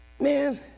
Man